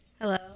Hello